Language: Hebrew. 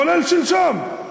כולל שלשום,